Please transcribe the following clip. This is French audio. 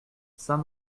saint